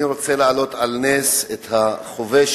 אני רוצה להעלות על נס את החובשת